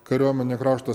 kariuomenė krašto